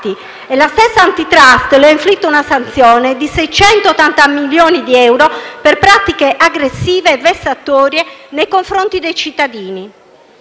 la stessa *Antitrust* le ha inflitto una sanzione di 680 milioni di euro per pratiche aggressive e vessatorie nei confronti dei cittadini.